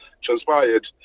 transpired